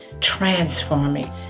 transforming